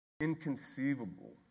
Inconceivable